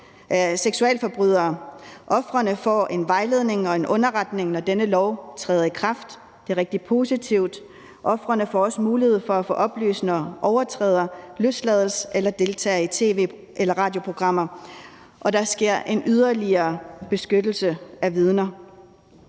seksualforbrydere. Ofrene får en vejledning og en underretning, når denne lov træder i kraft. Det er rigtig positivt. Ofrene får også mulighed for at få oplysninger, når overtræder løslades eller deltager i tv- eller radioprogrammer, og der sker en yderligere beskyttelse af vidner.